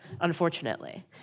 unfortunately